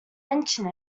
mention